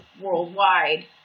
worldwide